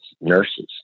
nurses